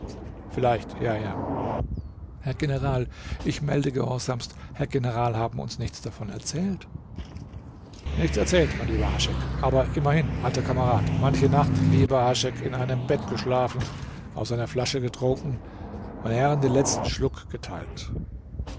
vielleicht ja ja herr general ich melde gehorsamst herr general haben uns nichts davon erzählt nichts erzählt mein lieber haschek aber immerhin alter kamerad manche nacht lieber haschek in einem bett geschlafen aus einer flasche getrunken meine herren den letzten schluck geteilt